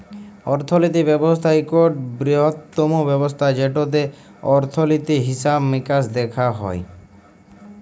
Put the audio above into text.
অর্থলিতি ব্যবস্থা ইকট বিরহত্তম ব্যবস্থা যেটতে অর্থলিতি, হিসাব মিকাস দ্যাখা হয়